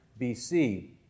BC